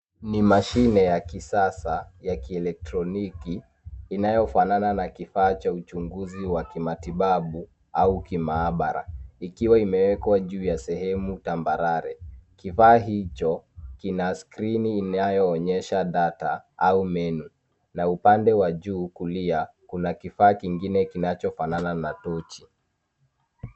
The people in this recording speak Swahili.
Ni mashine ya kisasa, ya kieletroniki, inayofanana na kifaa cha uchunguzi wa kimatibabu, au kimaabara, ikiwa imewekwa juu ya sehemu tambare. Kifaa hicho, kina skrini inayoonyesha data , au menu na upande wa juu, kulia, kuna kifaa kingine kinachofanana na tochi.